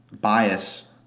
bias